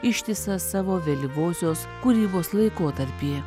ištisą savo vėlyvosios kūrybos laikotarpį